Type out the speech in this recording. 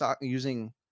using